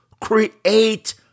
create